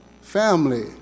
family